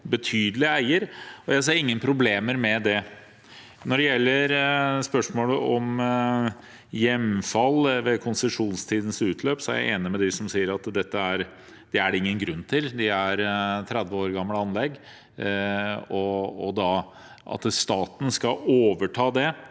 betydelig eier. Jeg ser ingen problemer med det. Når det gjelder spørsmålet om hjemfall ved konsesjonstidens utløp, er jeg enig med dem som sier at det er det ingen grunn til. Det er 30 år gamle anlegg. At staten skal overta det,